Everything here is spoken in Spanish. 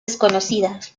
desconocidas